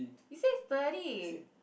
you say it's thirty